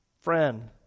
friend